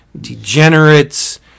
degenerates